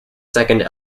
second